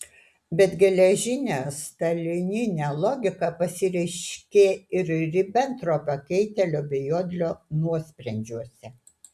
bet geležinė stalininė logika pasireiškė ir ribentropo keitelio bei jodlio nuosprendžiuose